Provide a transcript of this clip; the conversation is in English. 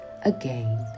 again